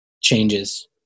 changes